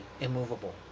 immovable